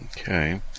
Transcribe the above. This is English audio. Okay